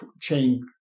chain